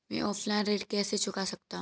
मैं ऑफलाइन ऋण कैसे चुका सकता हूँ?